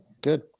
good